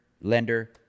lender